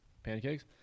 Pancakes